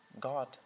God